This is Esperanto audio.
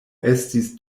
estis